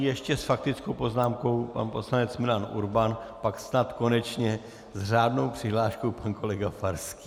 Ještě s faktickou poznámkou pan poslanec Milan Urban, pak snad konečně s řádnou přihláškou pan kolega Farský.